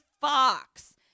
fox